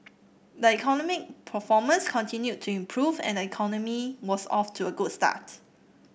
the economic performance continued to improve and the economy was off to a good start